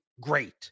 great